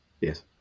Yes